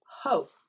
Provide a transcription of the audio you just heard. hope